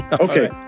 okay